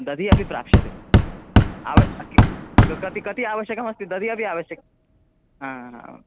दधिः अपि प्राप्स्यते आवश्यकं किं कति कति आवश्यकमस्ति दधिः अपि आवश्यकम् अहं